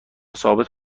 ثابت